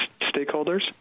stakeholders